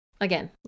Again